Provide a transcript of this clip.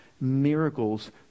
miracles